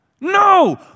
No